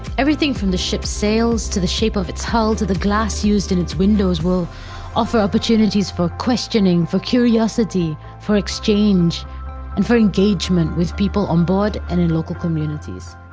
everything from the ship's sails to the shape of its hull to the glass used in its windows will offer opportunities for questioning, for curiosity, for exchange, and for engagement with people on board and in local communities.